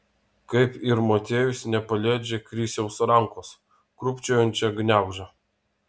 kaip ir motiejus nepaleidžia krisiaus rankos krūpčiojančią gniaužia